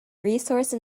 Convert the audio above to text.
resource